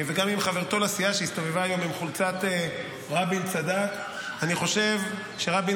וגם עם חברתו לסיעה שהסתובבה היום עם חולצת "רבין צדק" אני חושב שרבין